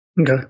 Okay